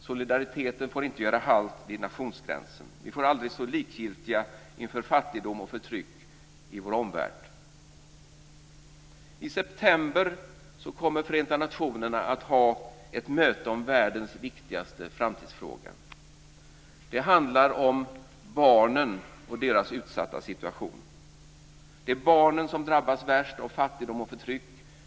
Solidariteten får inte göra halt vid nationsgränsen. Vi får aldrig stå likgiltiga inför fattigdom och förtryck i vår omvärld. I september kommer Förenta nationerna att ha ett möte om världens viktigaste framtidsfråga. Det handlar om barnen och deras utsatta situation. Det är barnen som drabbas värst av fattigdom och förtryck.